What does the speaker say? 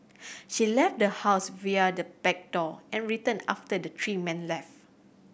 she left the house via the back door and returned after the three men left